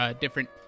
different